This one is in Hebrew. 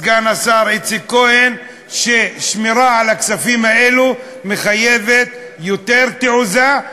סגן השר איציק כהן: שמירה על הכספים האלה מחייבת יותר תעוזה,